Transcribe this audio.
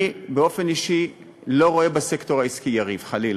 אני באופן אישי לא רואה בסקטור העסקי יריב, חלילה.